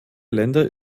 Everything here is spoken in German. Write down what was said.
länder